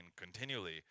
continually